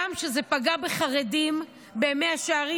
גם כשזה פגע בחרדים במאה שערים,